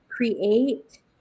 create